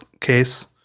case